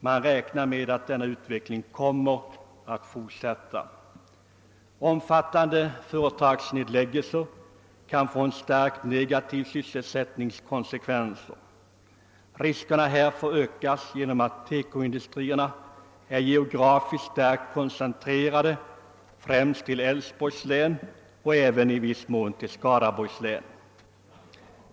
Man räknar med att denna utveckling kommer att fortsätta. Omfattande företagsnedläggelser kan få starkt negativa sysselsättningskonsekvenser. Riskerna härför ökas på grund av att TEKO-industrierna är geografiskt starkt koncentrerade till Älvsborgs län och i viss mån även till Skaraborgs län.